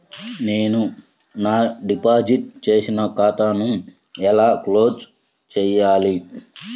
నేను నా డిపాజిట్ చేసిన ఖాతాను ఎలా క్లోజ్ చేయాలి?